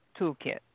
toolkit